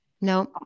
No